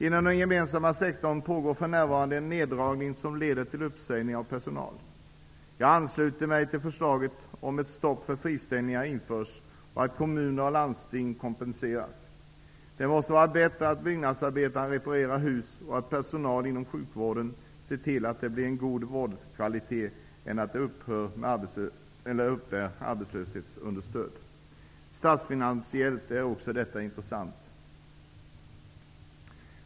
Inom den gemensamma sektorn pågår för närvarande en neddragning som leder till uppsägning av personal. Jag ansluter mig till förslaget om att ett stopp för friställningar införs och att kommuner och landsting kompenseras. Det måste vara bättre att byggnadsarbetare reparerar hus och att personal inom sjukvården ser till att det blir en god vårdkvalitet än att de uppbär arbetslöshetsunderstöd. Statsfinansiellt är också detta intressant.